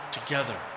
together